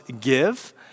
give